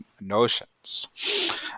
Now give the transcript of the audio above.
notions